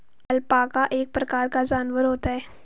alpaca एक प्रकार का जानवर होता है